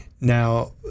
Now